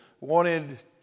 wanted